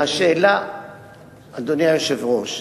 אדוני היושב-ראש,